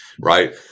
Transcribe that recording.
right